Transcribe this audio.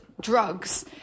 drugs